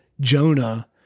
Jonah